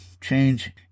change